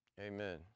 Amen